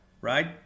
right